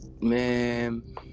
man